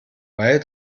weil